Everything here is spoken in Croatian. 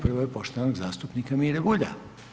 Prvo je poštovanog zastupnika Mire Bulja.